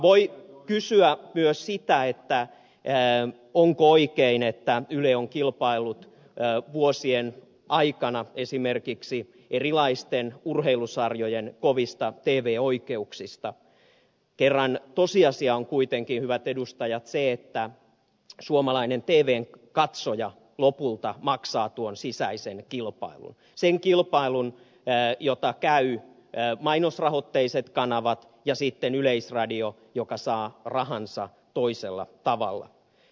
voi kysyä myös sitä onko oikein että yle on kilpaillut vuosien aikana esimerkiksi erilaisten urheilusarjojen kovista tv oikeuksista kun kerran tosiasia on kuitenkin hyvät edustajat se että suomalainen tvn katsoja lopulta maksaa tuon sisäisen kilpailun sen kilpailun jota käyvät mainosrahoitteiset kanavat ja yleisradio joka saa rahansa toisella tavalla